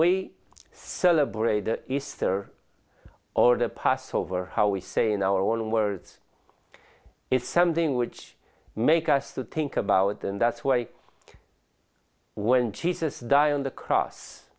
we celebrate easter or the passover how we say in our own words is something which make us to think about and that's why when jesus died on the cross